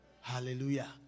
Hallelujah